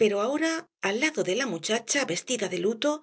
pero ahora al lado de la muchacha vestida de luto